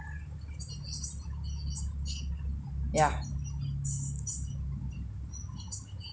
yeah